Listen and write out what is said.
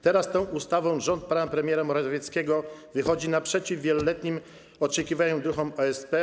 Teraz tą ustawą rząd pana premiera Morawieckiego wychodzi naprzeciw wieloletnim oczekiwaniom druhów OSP.